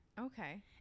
Okay